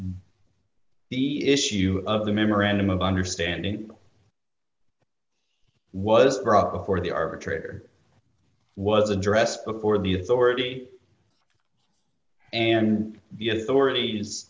art the issue of the memorandum of understanding was brought before the arbitrator was addressed before the authority and the authorities